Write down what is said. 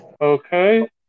Okay